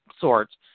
sorts